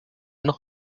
noch